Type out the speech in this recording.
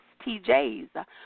TJ's